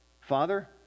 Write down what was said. Father